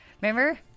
Remember